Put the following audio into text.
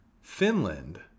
Finland